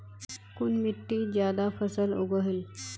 कुन मिट्टी ज्यादा फसल उगहिल?